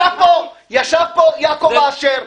ישב פה יעקב אשר,